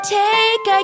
take